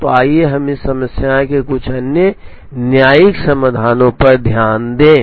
तो आइए हम इस समस्या के कुछ अन्य न्यायिक समाधानों पर ध्यान दें